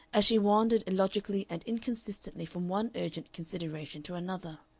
as she wandered illogically and inconsistently from one urgent consideration to another,